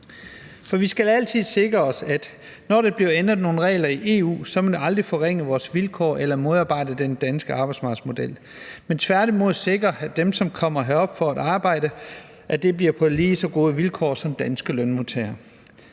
Vi skal altid sikre os, at når der bliver ændret nogle regler i EU, må det aldrig forringe vores vilkår eller modarbejde den danske arbejdsmarkedsmodel, men tværtimod sikre, at dem, som kommer herop for at arbejde, gør det på lige så gode vilkår som danske lønmodtagere.